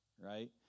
right